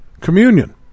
communion